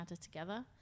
together